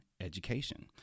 education